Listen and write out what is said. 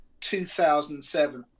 2007